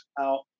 out